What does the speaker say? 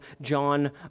John